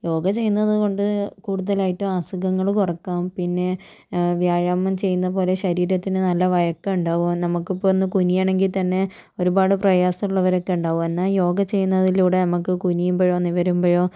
യോഗ ചെയ്യുന്നത് കൊണ്ട് കൂടുതലായിട്ടും അസുഖങ്ങള് കുറയ്ക്കാം പിന്നെ വ്യായാമം ചെയ്യുന്നപോലെ ശരീരത്തിന് നല്ല വഴക്കം ഉണ്ടാവും നമുക്കിപ്പം ഒന്ന് കുനിയണമെങ്കിൽ തന്നെ ഒരുപാട് പ്രയാസമുള്ളവരൊക്കെ ഉണ്ടാകും എന്നാൽ യോഗ ചെയ്യുന്നതിലൂടെ നമുക്ക് കുനിയുമ്പഴോ നിവരുമ്പഴോ